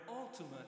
ultimate